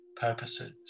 purposes